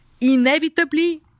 Inevitably